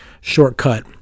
shortcut